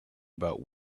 about